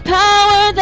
power